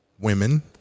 women